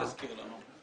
אולי תזכיר לנו.